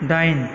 दाइन